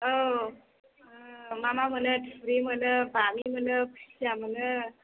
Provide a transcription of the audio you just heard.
औ माबा मोनो थुरि मोनो बामि मोनो खुसिया मोनो